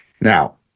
Now